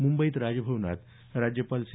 मुंबईत राजभवनात राज्यपाल सी